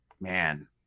man